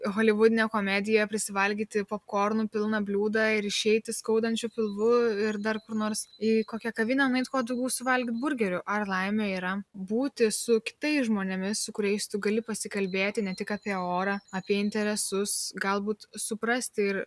holivudinę komediją prisivalgyti popkornų pilną bliūdą ir išeiti skaudančiu pilvu ir dar kur nors į kokią kavinę nueit kuo daugiau suvalgyt burgerių ar laimė yra būti su kitais žmonėmis su kuriais tu gali pasikalbėti ne tik apie orą apie interesus galbūt suprasti ir